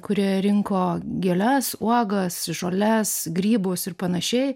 kurie rinko gėles uogas žoles grybus ir panašiai